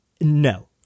No